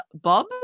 Bob